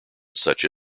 such